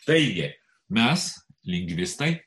taigi mes lingvistai